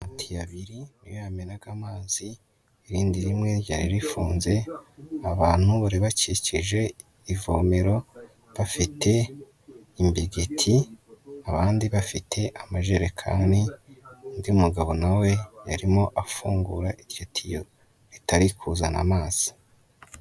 Amatiyo abiri niyo yamenaga amazi, irindi rimwe ryari rifunze. Abantu bari bakikije ivomero bafite imbegeti, abandi bafite amajerekani. Undi mugabo nawe yari arimo afungura iryo tiyo ritari kuzana amazi.